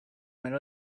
made